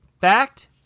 fact